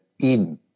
Eden